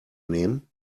nehmen